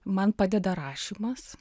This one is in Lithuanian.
man padeda rašymas